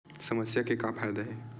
समस्या के का फ़ायदा हे?